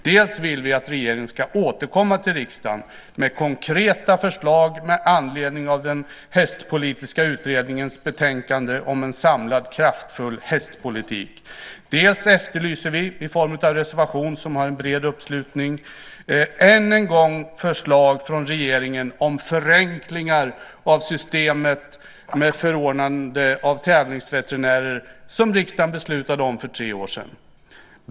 Dels vill vi att regeringen ska återkomma till riksdagen med konkreta förslag med anledning av den hästpolitiska utredningens betänkande om en samlad kraftfull hästpolitik. Dels efterlyser vi i form av en reservation som har en bred uppslutning än en gång förslag från regeringen om förenklingar av systemet med förordnande av tävlingsveterinärer som riksdagen beslutade om för tre år sedan.